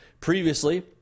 Previously